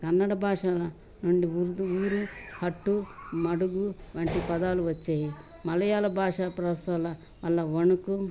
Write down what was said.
కన్నడ భాషల నుండి ఉర్దు ఊరు హట్టు మడుగు వంటి పదాలు వచ్చాయి మలయాాళ భాష ప్రాసల వల్ల వణుకు